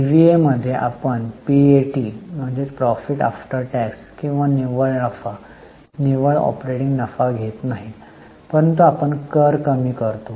ईव्हीएमध्ये आपण पीएटी किंवा निव्वळ नफा निव्वळ ऑपरेटिंग नफा घेत नाही परंतु आपण कर कमी करतो